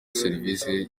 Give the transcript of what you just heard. serivisi